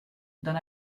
dans